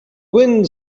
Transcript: wind